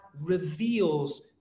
reveals